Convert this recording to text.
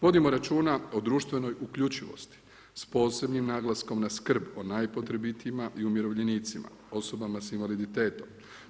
Vodimo računa o društvenoj uključivosti, s posebnim naglaskom na skrb o najpotrebitijima i umirovljenicima, osoba s invaliditetom.